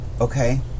Okay